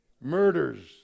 murders